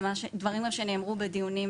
אלה הם דברים שנאמרו גם בדיונים